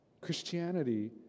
Christianity